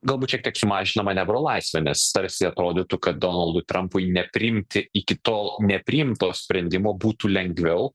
galbūt šiek tiek sumažina manevro laisvę nes tarsi atrodytų kad donaldui trampui nepriimti iki tol nepriimto sprendimo būtų lengviau